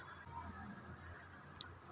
Washing machine घेण्यासाठी कर्ज मिळेल का?